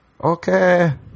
Okay